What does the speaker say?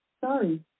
Sorry